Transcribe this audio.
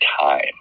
time